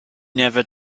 never